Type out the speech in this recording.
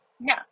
No